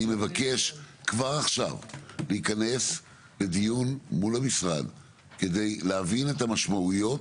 אני מבקש כבר עכשיו להיכנס לדיון מול המשרד כדי להבין את המשמעויות.